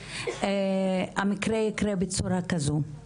והמקרה יקרה בצורה כזו.